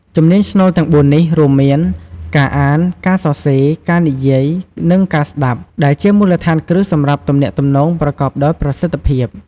ជំនាញស្នូលទាំងបួននេះ រួមមាន ការអាន ការសរសេរ ការនិយាយ និង ការស្ដាប់ ដែលជាមូលដ្ឋានគ្រឹះសម្រាប់ទំនាក់ទំនងប្រកបដោយប្រសិទ្ធភាព។